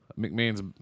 McMahon's